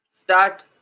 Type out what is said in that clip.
Start